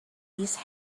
peace